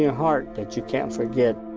ah heart that you can't forget.